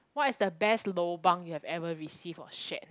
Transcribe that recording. what is the best lobang you have ever received or shared